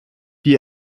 die